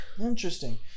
Interesting